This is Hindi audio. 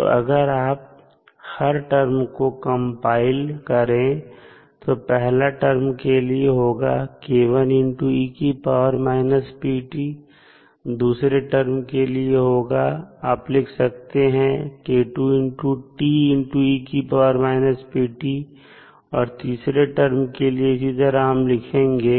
तो अगर आप हर टर्म को कंपाइल करें तो पहले टर्म के लिए होगा दूसरे टर्म के लिए आप लिख सकते हैं और तीसरे टर्म के लिए इसी तरह हम लिखेंगे